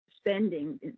spending